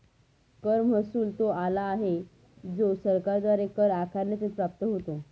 कर महसुल तो आला आहे जो सरकारद्वारे कर आकारणीतून प्राप्त होतो